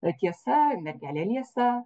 o tiesa mergelė liesa